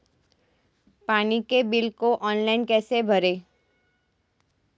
पानी के बिल को ऑनलाइन कैसे भरें?